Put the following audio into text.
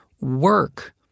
work